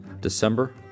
December